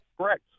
Correct